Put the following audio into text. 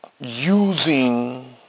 using